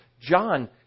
John